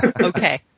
Okay